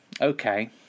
okay